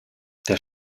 der